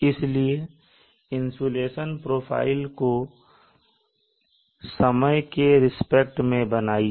इसलिए insulation profile को समय के रिस्पेक्ट में बनाइए